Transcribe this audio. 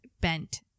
bent